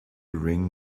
ring